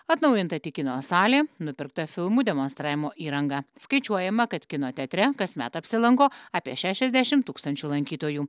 atnaujinta tik kino salė nupirkta filmų demonstravimo įranga skaičiuojama kad kino teatre kasmet apsilanko apie šešiasdešimt tūkstančių lankytojų